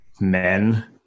men